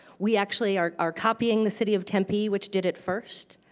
we actually are are copying the city of tempe, which did it first.